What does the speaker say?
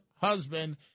husband